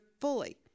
fully